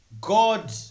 God